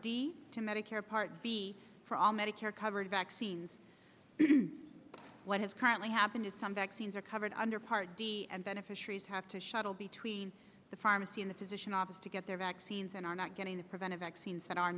d to medicare part b for all medicare covered vaccines what has currently happened is some vaccines are covered under part d and beneficiaries have to shuttle between the pharmacy in the physician office to get their vaccines and are not getting the prevent a vaccine that are